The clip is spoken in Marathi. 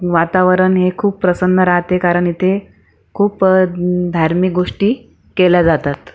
वातावरण हे खूप प्रसन्न राहते कारण इथे खूप धार्मिक गोष्टी केल्या जातात